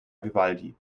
vivaldi